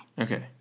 Okay